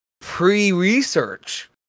pre-research